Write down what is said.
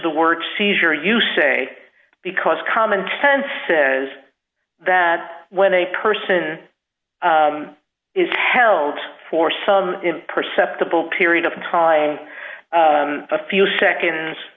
the word seizure you say because common tense says that when a person is held for some perceptible period of time a few seconds